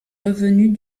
revenus